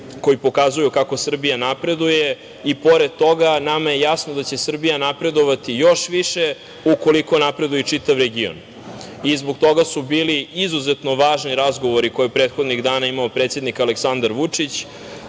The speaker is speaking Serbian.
koji pokazuju kako Srbija napreduje i pored toga nama je jasno da će Srbija napredovati još više ukoliko napreduje i čitav region. Zbog toga su bili izuzetno važni razgovori koje je prethodnih dana imao predsednik Aleksandar Vučić